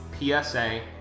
PSA